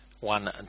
One